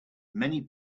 many